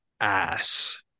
ass